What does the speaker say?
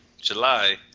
july